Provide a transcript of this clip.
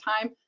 time